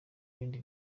bindi